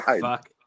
fuck